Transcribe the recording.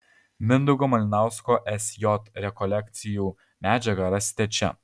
mindaugo malinausko sj rekolekcijų medžiagą rasite čia